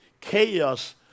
Chaos